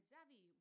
Zavi